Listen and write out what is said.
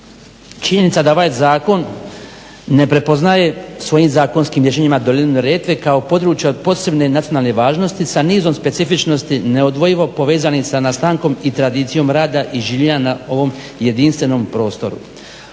činjenica da je ovaj zakon ne prepoznaje svojim zakonskim rješenjima dolinu Neretve kao područje od posebne nacionalne važnosti sa nizom specifičnosti neodvojivo povezani sa nastankom i tradicijom rada i življenja na ovom jedinstvenom prostoru.